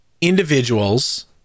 individuals